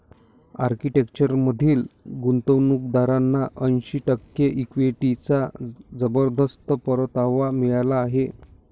आर्किटेक्चरमधील गुंतवणूकदारांना ऐंशी टक्के इक्विटीचा जबरदस्त परतावा मिळाला आहे